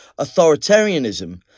authoritarianism